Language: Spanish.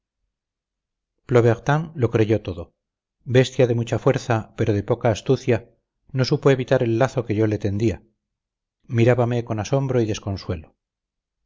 complacerle plobertin lo creyó todo bestia de mucha fuerza pero de poca astucia no supo evitar el lazo que yo le tendía mirábame con asombro y desconsuelo